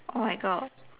oh my god